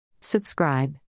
Subscribe